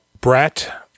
Brett